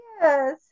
yes